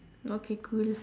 okay cool